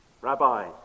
Rabbi